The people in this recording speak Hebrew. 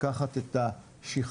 לקחת את השכבה,